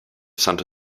santo